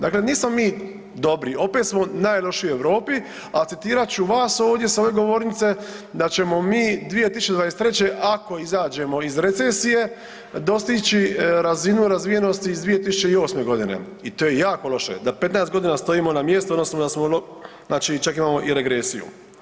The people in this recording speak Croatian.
Dakle, nismo mi dobri, opet smo najlošiji u Europi, a citirat ću vas ovdje s ove govornice da ćemo mi 2023. ako izađemo iz recesije dostići razinu razvijenosti iz 2008.g. i to je jako loše da 15.g. stojimo na mjestu odnosno da smo znači čak imamo i regresiju.